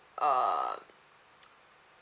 um